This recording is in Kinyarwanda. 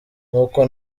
nk’uko